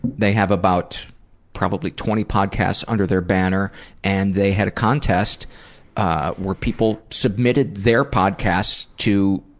they have about probably twenty podcasts under their banner and they had a contest where people submitted their podcasts to